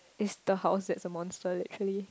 is the house that's the monster actually